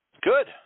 Good